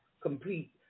complete